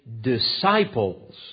disciples